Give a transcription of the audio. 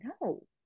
no